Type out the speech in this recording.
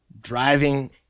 driving